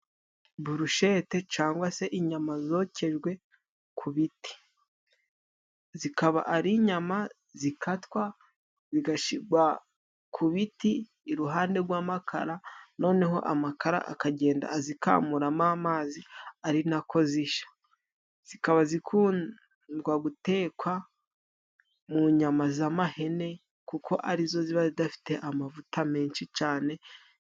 Burushete cangwa se inyama zokejwe ku biti, zikaba ari inyama zikatwa zigashigwa ku biti iruhande rw'amakara, noneho amakara akagenda azikamuramo amazi ari nako zisha. Zikaba zikundwa gutekwa mu nyama z'amahene kuko arizo ziba zifite amavuta menshi cane.